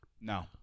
No